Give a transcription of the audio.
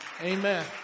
Amen